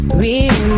real